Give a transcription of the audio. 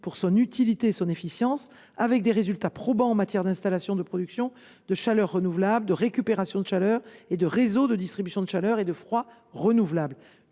pour son utilité et son efficience. Ses résultats sont probants en matière d’installation de production de chaleur renouvelable, de récupération de chaleur et de déploiement de réseaux de distribution de chaleur et de froid renouvelables.